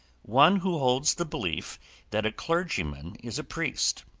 one who holds the belief that a clergyman is a priest.